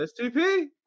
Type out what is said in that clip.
STP